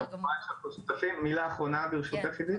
מילה אחרונה ברשותך עידית.